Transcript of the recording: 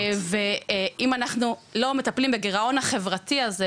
ואם אנחנו לא מטפלים בגרעון החברתי הזה,